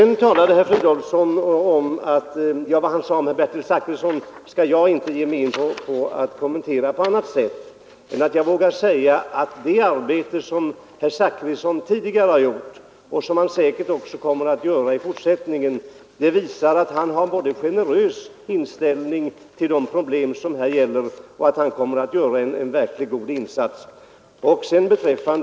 Vad herr Fridolfsson sade om statsrådet Zachrisson vill jag inte kommentera, men jag vågar säga att det arbete som herr Zachrisson tidigare gjort visar att han har en generös inställning till dessa problem och att han kommer att göra en verkligt god insats även i fortsättningen.